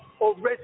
already